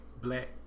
Black